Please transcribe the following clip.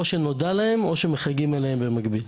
או שנודע להם או שמחייגים אליהם במקביל.